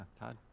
Todd